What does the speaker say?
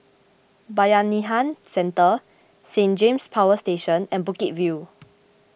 Bayanihan Centre Saint James Power Station and Bukit View